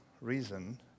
reason